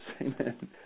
Amen